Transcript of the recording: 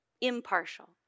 impartial